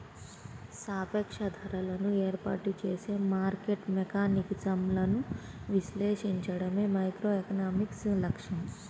సాపేక్ష ధరలను ఏర్పాటు చేసే మార్కెట్ మెకానిజమ్లను విశ్లేషించడమే మైక్రోఎకనామిక్స్ లక్ష్యం